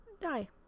die